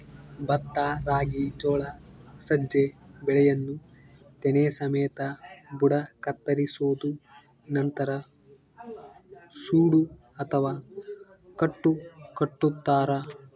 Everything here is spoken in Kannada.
ಭತ್ತ ರಾಗಿ ಜೋಳ ಸಜ್ಜೆ ಬೆಳೆಯನ್ನು ತೆನೆ ಸಮೇತ ಬುಡ ಕತ್ತರಿಸೋದು ನಂತರ ಸೂಡು ಅಥವಾ ಕಟ್ಟು ಕಟ್ಟುತಾರ